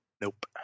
Nope